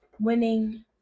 winning